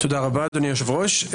תודה רבה, אדוני היושב-ראש.